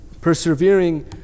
persevering